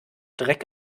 dreck